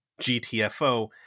GTFO